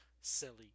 silly